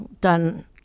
done